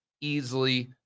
easily